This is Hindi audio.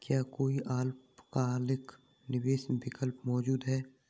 क्या कोई अल्पकालिक निवेश विकल्प मौजूद है?